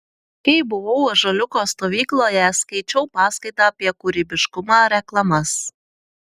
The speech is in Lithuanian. kai buvau ąžuoliuko stovykloje skaičiau paskaitą apie kūrybiškumą reklamas